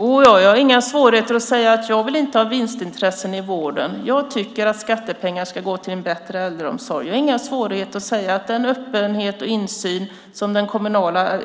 Fru talman! Jag har inga svårigheter att säga att jag inte vill ha vinstintressen i vården. Jag tycker att skattepengar ska gå till en bättre äldreomsorg. Jag har inga svårigheter att säga att jag vill ha kvar den öppenhet och insyn som den kommunala